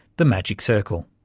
the magic circle.